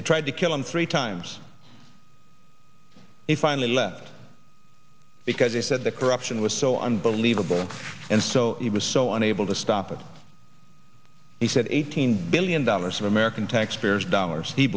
they tried to kill him three times he finally left because he said the corruption was so unbelievable and so he was so on able to stop it he said eighteen billion dollars of american taxpayers dollars he